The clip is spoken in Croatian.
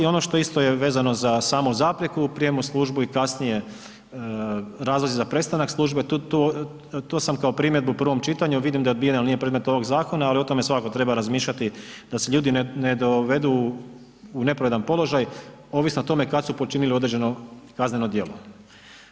Ono što isto je vezano za samu zapreku u prijemu u službu i kasnije razlozi za prestanak službe, tu sam kao primjedbu u prvom čitanju, vidim da je odbijen ali nije predmet ovog zakona ali o tome svakako treba razmišljati da se ljudi ne dovedu u nepravedan položaj, ovisno o tome kad su počinili određeno kazneno djelo.